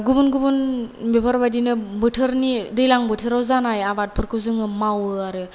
गुबुन गुबुन बेफोरबादिनो बोथोरनि दैलां बोथोराव जानाय आबादफोरखौ जोङो मावो आरो